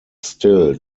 still